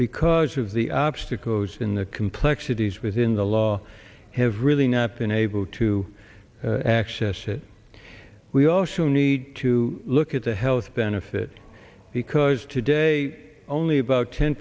because of the obstacles in the complexities within the law have really not been able to access that we also need to look at the health benefit because today only about ten